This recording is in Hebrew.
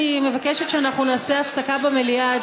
אני מבקשת שאנחנו נעשה הפסקה במליאה עד